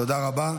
תודה רבה.